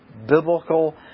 biblical